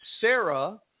Sarah